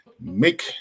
make